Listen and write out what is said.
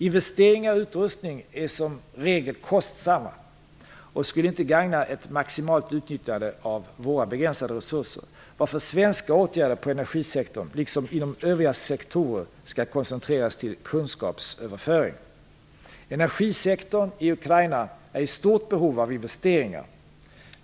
Investeringar och utrustning är som regel kostsamt och skulle inte gagna ett maximalt utnyttjande av våra begränsade resurser, varför svenska åtgärder på energisektorn liksom inom övriga sektorer skall koncentreras till kunskapsöverföring. Energisektorn i Ukraina är i stort behov av investeringar.